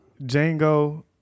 Django